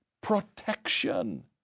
protection